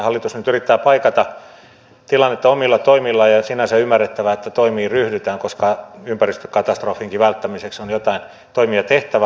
hallitus nyt yrittää paikata tilannetta omilla toimillaan ja sinänsä on ymmärrettävää että toimiin ryhdytään koska ympäristökatastrofinkin välttämiseksi on joitain toimia tehtävä